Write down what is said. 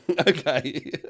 Okay